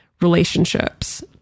relationships